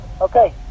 Okay